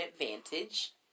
advantage